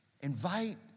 invite